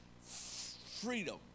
freedom